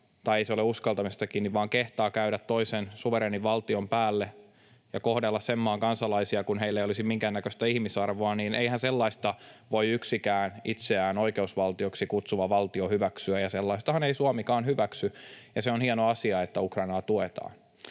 tai — ei se ole uskaltamisesta kiinni — kehtaa käydä toisen suvereenin valtion päälle ja kohdella sen maan kansalaisia kuin heillä ei olisi minkäännäköistä ihmisarvoa, voi yksikään itseään oikeusvaltioksi kutsuva valtio hyväksyä, ja sellaistahan ei Suomikaan hyväksy. Ja se on hieno asia, että Ukrainaa tuetaan.